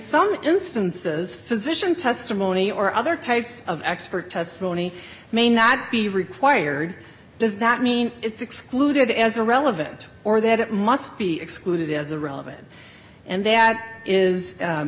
some instances physician testimony or other types of expert testimony may not be required does that mean it's excluded as a relevant or that it must be excluded as a relevant and that is